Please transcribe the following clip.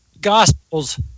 gospels